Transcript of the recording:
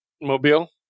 mobile